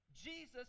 Jesus